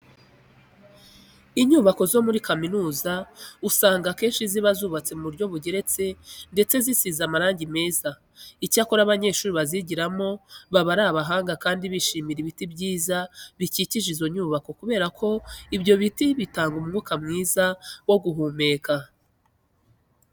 Inyubako zo muri kaminuza usanga akenshi ziba zubatse mu buryo bugeretse ndetse zisize amarange meza. Icyakora abanyeshuri bazigiramo baba ari abahanga kandi bishimira ibiti byiza bikikije izo nyubako kubera ko ibyo biti bitanga umwuka mwiza wo guhumeka.